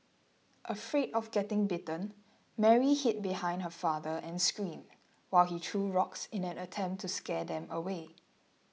afraid of getting bitten Mary hid behind her father and screamed while he threw rocks in an attempt to scare them away